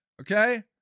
okay